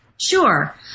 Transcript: Sure